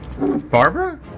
Barbara